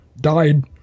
died